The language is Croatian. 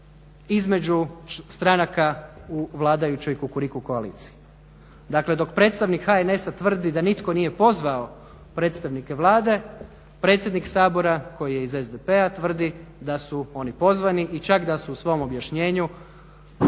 između stranaka u vladajućoj Kukuriku koaliciji. Dakle, dok predstavnik HNS-a tvrdi da nitko nije pozvao predstavnike Vlade, predsjednik Sabora koji je iz SDP-a tvrdi da su oni pozvani i čak da su u svom objašnjenju i